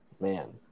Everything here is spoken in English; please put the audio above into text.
man